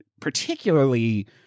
particularly